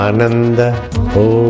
Ananda